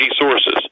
sources